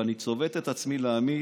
ואני צובט את עצמי להאמין